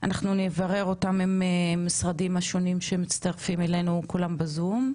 אנחנו נברר אותם עם המשרדים השונים שמצטרפים אלינו כולם בזום.